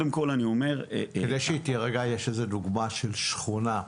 ראשית יש איזו דוגמה של שכונה.